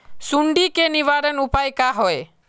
सुंडी के निवारण उपाय का होए?